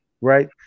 right